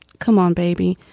come on, baby.